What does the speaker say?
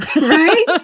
Right